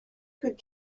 could